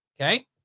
Okay